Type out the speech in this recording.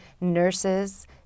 nurses